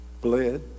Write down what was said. bled